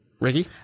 Ricky